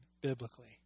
biblically